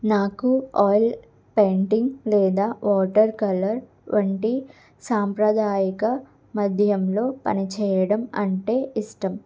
నాకు oil painting లేదా water colour వంటి సాంప్రదాయక మాధ్యంలో పనిచేయడం అంటే ఇష్టం